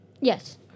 Yes